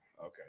Okay